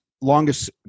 longest